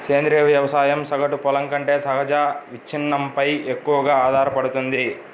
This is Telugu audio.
సేంద్రీయ వ్యవసాయం సగటు పొలం కంటే సహజ విచ్ఛిన్నంపై ఎక్కువగా ఆధారపడుతుంది